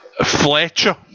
Fletcher